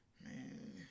man